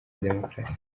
demokarasi